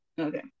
Okay